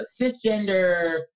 cisgender